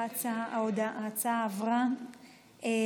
ההצעה עברה.